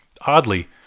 Oddly